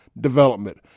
development